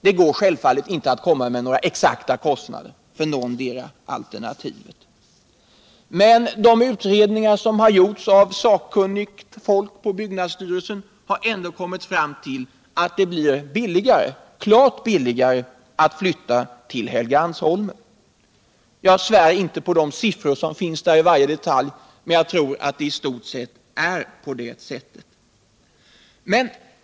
Det går självfallet inte att ange några exakta kostnader för någotdera alternativet, men de utredningar som har gjorts av sakkunnigt folk på byggnadsstyrelsen har ändå kommit fram till att det blir klart billigare att flytta till Helgeandsholmen. Jag svär inte i varje detalj på de siffror som finns, men jag tror att de i stort sett är riktiga.